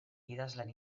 idazlan